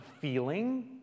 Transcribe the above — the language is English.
feeling